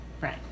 right